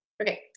Okay